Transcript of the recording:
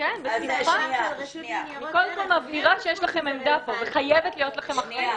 כל הזמן מבהירה שיש לכם עמדה פה וחייבת להיות לכם אחריות.